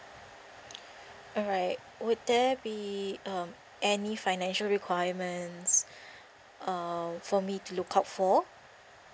alright would there be um any financial requirements uh for me to look out for